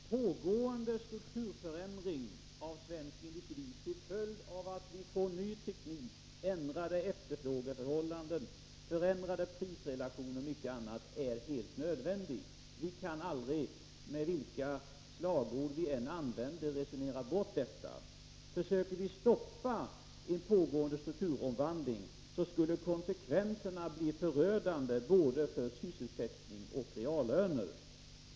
Herr talman! En pågående strukturförändring av svensk industri till följd av att vi får ny teknik, ändrade efterfrågeförhållanden, förändrade prisrelationer och mycket annat är helt nödvändig. Vi kan aldrig vilka slagord vi än använder resonera bort detta. Försökte vi stoppa en pågående strukturomvandling skulle konsekvensen bli förödande för både sysselsättning och reallöner.